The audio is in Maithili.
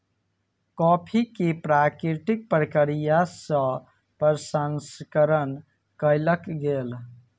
कॉफ़ी के प्राकृतिक प्रक्रिया सँ प्रसंस्करण कयल गेल